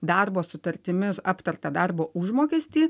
darbo sutartimis aptartą darbo užmokestį